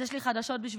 אז יש לי חדשות בשבילכם,